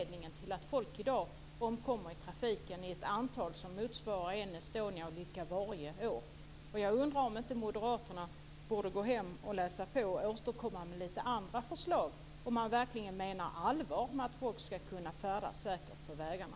De som omkommer i trafiken i dag motsvarar i antal en Estoniaolycka varje år. Borde inte moderaterna läsa på och återkomma med lite andra förslag om de verkligen menar allvar med att folk ska kunna färdas säkert på vägarna?